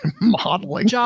Modeling